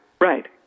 Right